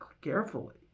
carefully